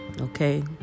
Okay